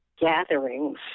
gatherings